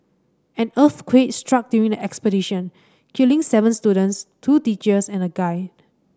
an earthquake struck during the expedition killing seven students two teachers and a guide